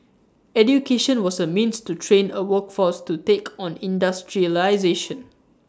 education was A means to train A workforce to take on industrialisation